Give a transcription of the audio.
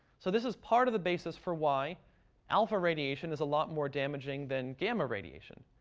so this is part of the basis for why alpha radiation is a lot more damaging than gamma radiation.